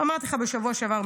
אמרתי לך בשבוע שעבר.